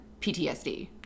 PTSD